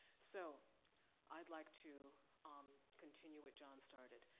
so i'd like to um continue what john started,